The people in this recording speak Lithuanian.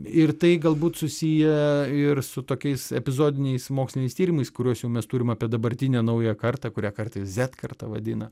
ir tai galbūt susiję ir su tokiais epizodiniais moksliniais tyrimais kuriuos jau mes turim apie dabartinę naują kartą kurią kartais zet karta vadina